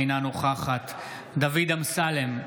אינה נוכחת דוד אמסלם,